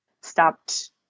stopped